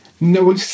No